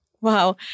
Wow